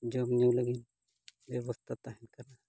ᱡᱚᱢ ᱧᱩ ᱞᱟᱹᱜᱤᱫ ᱵᱮᱵᱚᱥᱛᱟ ᱛᱟᱦᱮᱱ ᱠᱟᱱᱟ